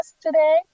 today